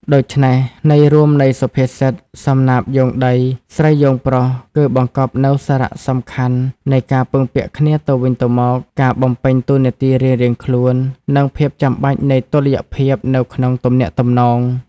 ដូច្នេះ ន័យរួមនៃសុភាសិត សំណាបយោងដី ស្រីយោងប្រុស គឺបង្កប់នូវសារៈសំខាន់នៃការពឹងពាក់គ្នាទៅវិញទៅមក ការបំពេញតួនាទីរៀងៗខ្លួន និងភាពចាំបាច់នៃតុល្យភាពនៅក្នុងទំនាក់ទំនង។